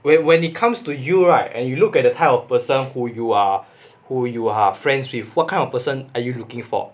when when it comes to you right and you look at the type of person who you are who you are friends with what kind of person are you looking for